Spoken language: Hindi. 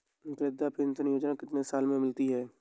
वृद्धा पेंशन योजना कितनी साल से मिलती है?